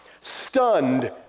stunned